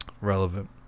relevant